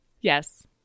Yes